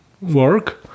work